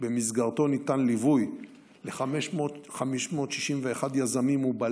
ובמסגרתן ניתן ליווי ל-561 יזמים ובעלי